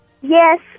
Yes